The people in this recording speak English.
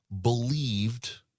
believed